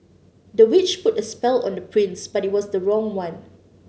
the witch put a spell on the prince but it was the wrong one